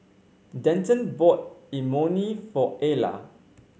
Denton bought Imoni for Ayla